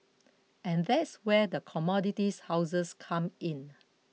and that's where the commodities houses come in